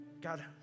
God